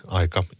aika